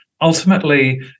ultimately